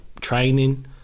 training